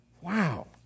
Wow